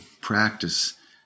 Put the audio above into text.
practice